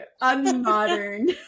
unmodern